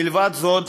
מלבד זאת,